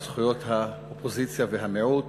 על זכויות האופוזיציה והמיעוט,